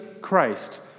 Christ